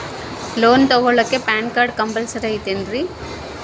Loan ತೊಗೊಳ್ಳಾಕ PAN card compulsory ಐಯ್ತೇನ್ರಿ?